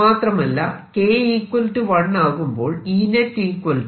മാത്രമല്ല K 1 ആകുമ്പോൾ Enet E0